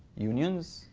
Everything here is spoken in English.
unions,